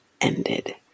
ended